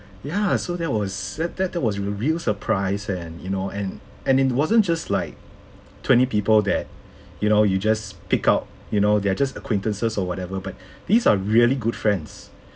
ya so that was that that was a real surprise and you know and and it wasn't just like twenty people that you know you just pick out you know they're just acquaintances or whatever but these are really good friends